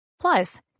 Plus